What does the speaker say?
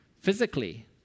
physically